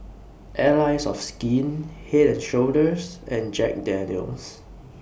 Allies of Skin Head and Shoulders and Jack Daniel's